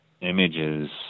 images